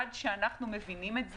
עד שאנחנו מבינים את זה,